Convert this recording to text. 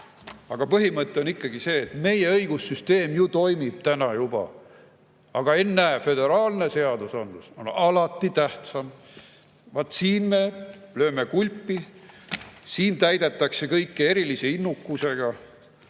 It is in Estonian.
Aga põhimõte on ikkagi see, et meie õigussüsteem ju toimib täna juba. Aga ennäe, föderaalne seadusandlus on alati tähtsam. Vaat siin me lööme kulpi! Siin täidetakse kõike erilise innukusega,